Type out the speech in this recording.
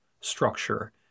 structure